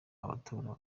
abatora